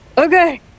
Okay